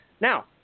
Now